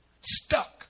stuck